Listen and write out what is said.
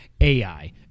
AI